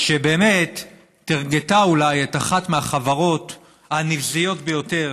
שבאמת "טרגטה" את אחת מהחברות הנבזיות ביותר,